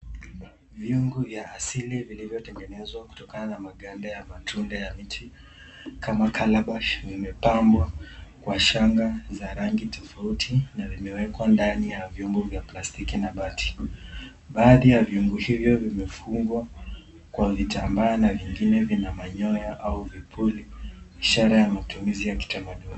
Vyungu vya asili vilivyotengenezwa kutokana na maganda ya matunda ya miti kama calabash yamepambwa kwa shanga za rangi tofauti na vimewekwa ndani ya vyombo vya plastiki na bati. Baadhi ya viungo hivyo vimefungwa kwa vitambaa na vingine vina manyoya au vipuli, ishara ya matumizi ya kitamaduni.